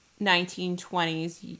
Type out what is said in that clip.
1920s